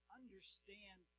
understand